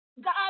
God